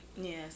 Yes